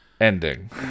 ending